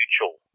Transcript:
mutual